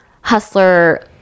Hustler